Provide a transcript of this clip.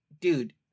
dude